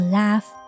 laugh